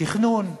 תכנון.